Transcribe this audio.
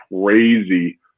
crazy